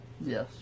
Yes